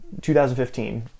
2015